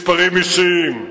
מספרים אישיים,